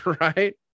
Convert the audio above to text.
right